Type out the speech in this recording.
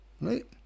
right